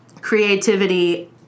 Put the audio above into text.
creativity